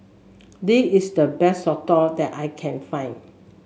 this is the best soto that I can find